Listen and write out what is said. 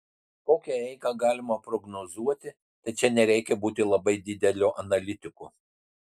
kokią eigą galima prognozuoti tai čia nereikia būti labai dideliu analitiku